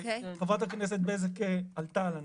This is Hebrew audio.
חברת הכנסת בזק עלתה על הנקודה,